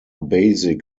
basic